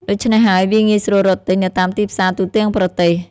ដូច្នេះហើយ វាងាយស្រួលរកទិញនៅតាមទីផ្សារទូទាំងប្រទេស។